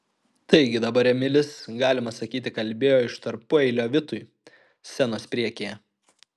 taigi dabar emilis galima sakyti kalbėjo iš tarpueilio vitui scenos priekyje